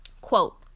Quote